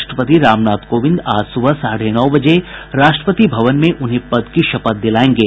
राष्ट्रपति रामनाथ कोविंद आज सुबह साढ़े नौ बजे राष्ट्रपति भवन में उन्हें पद की शपथ दिलाएंगे